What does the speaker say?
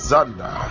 Zanda